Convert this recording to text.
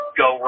go